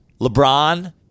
LeBron